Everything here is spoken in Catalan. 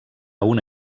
una